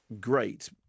great